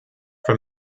from